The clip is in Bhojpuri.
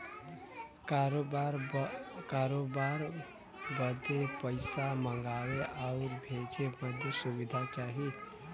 करोबार बदे पइसा मंगावे आउर भेजे बदे सुविधा चाही